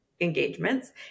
engagements